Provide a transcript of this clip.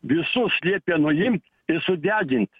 visus liepė nuim ir sudegint